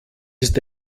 ist